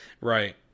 Right